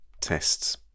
tests